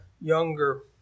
younger